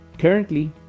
Currently